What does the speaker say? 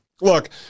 look